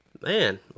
man